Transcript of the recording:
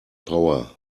power